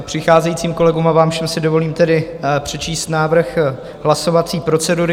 Přicházejícím kolegům a vám všem si dovolím přečíst návrh hlasovací procedury.